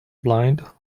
blind